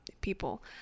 people